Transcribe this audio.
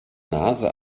nase